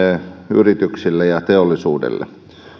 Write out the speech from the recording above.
yrityksille ja teollisuudelle